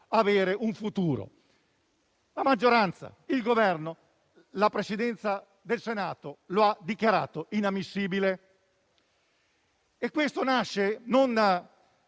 avere un futuro. La maggioranza, il Governo, la Presidenza del Senato lo ha dichiarato inammissibile. E questo nasce non